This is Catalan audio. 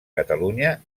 catalunya